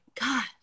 God